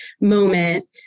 moment